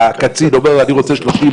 הקצין שאומר 'אני רוצה 30,